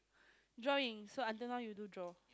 drawings so until now you don't draw